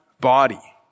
body